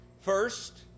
First